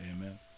Amen